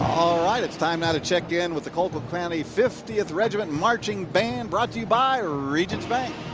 all right, it's time now to check in with the colquitt county fiftieth regiment marching band. brought to you by regents bank.